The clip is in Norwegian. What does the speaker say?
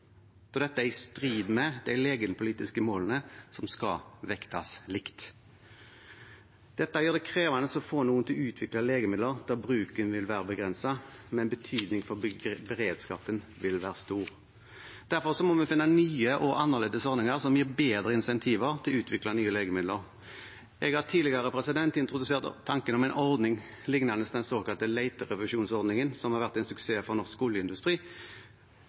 dette er i strid med de legemiddelpolitiske målene, som skal vektes likt. Dette gjør det krevende å få noen til å utvikle legemidler, da bruken vil være begrenset, men betydningen for beredskapen vil være stor. Derfor må vi finne nye og annerledes ordninger som gir bedre insentiver til å utvikle nye legemidler. Jeg har tidligere introdusert tanken om en ordning lignende den såkalte leterefusjonsordningen, som har vært en suksess for norsk oljeindustri.